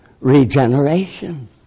regeneration